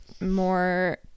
more